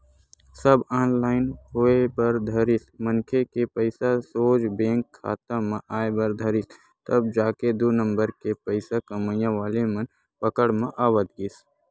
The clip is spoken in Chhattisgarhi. सब ऑनलाईन होय बर धरिस मनखे के पइसा सोझ बेंक खाता म आय बर धरिस तब जाके दू नंबर के पइसा कमइया वाले मन पकड़ म आवत गिस